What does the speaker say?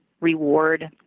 reward